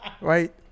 Right